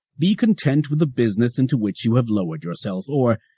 be content with the business into which you have lowered yourself or,